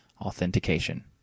authentication